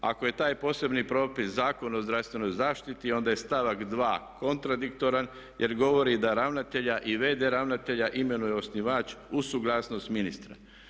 Ako je taj posebni propis Zakon o zdravstvenoj zaštiti onda je stavak 2. kontradiktoran jer govori da ravnatelja i v.d. ravnatelja imenuje osnivač uz suglasnost ministra.